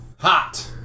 Hot